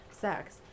Sex